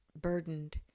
burdened